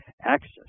access